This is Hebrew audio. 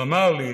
הוא אמר לי